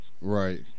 Right